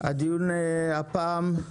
הדיון הפעם הוא